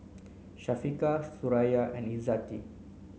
Syafiqah Suraya and Izzati